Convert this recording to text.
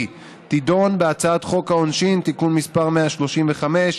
תדון בהצעת חוק העונשין (תיקון מס' 135)